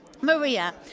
Maria